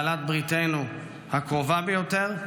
בעלת בריתנו הקרובה ביותר,